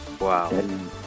wow